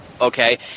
Okay